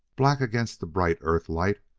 black against the bright earth-light,